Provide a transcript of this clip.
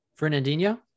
Fernandinho